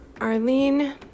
Arlene